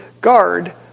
guard